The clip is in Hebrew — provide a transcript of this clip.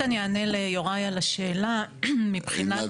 עינת